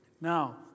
Now